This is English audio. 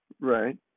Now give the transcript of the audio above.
right